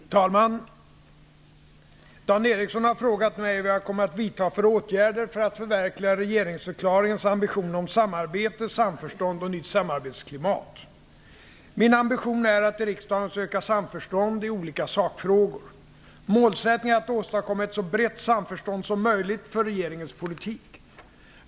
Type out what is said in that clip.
Fru talman! Dan Ericsson har frågat mig vad jag kommer att vidta för åtgärder för att förverkliga regeringsförklaringens ambitioner om samarbete, samförstånd och nytt samarbetsklimat. Min ambition är att i riksdagen söka samförstånd i olika sakfrågor. Målsättningen är att åstadkomma ett så brett samförstånd som möjligt för regeringens politik.